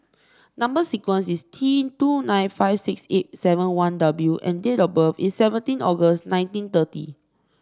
number sequence is T two nine five six eight seven one W and date of birth is seventeen August nineteen thirty